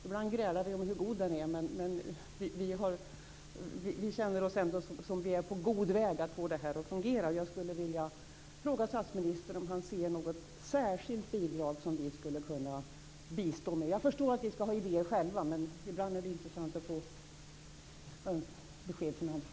Ibland grälar vi om hur god den är, men det känns ändå som att vi är på god väg att få det här att fungera. Jag skulle som sagt vilja fråga statsministern om han ser något särskilt bidrag som vi skulle kunna komma med. Jag förstår att vi skall ha idéer själva, men ibland är det intressant att få besked från andra.